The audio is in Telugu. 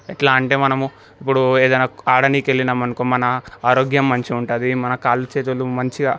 ఎట్లా అంటే మనము ఇప్పుడు ఏదైనా ఆడనీకి వెళ్ళామనుకో మన ఆరోగ్యం మంచిగా ఉంటుంది మన కాళ్ళు చేతులు మంచిగా